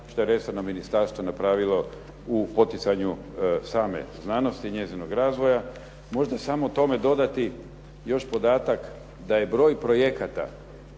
što je resorno ministarstvo napravilo u poticanju same znanosti, njezinog razvoja. Možda samo tome dodati još podatak da je broj projekata